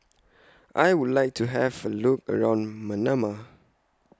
I Would like to Have A Look around Manama